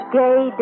gay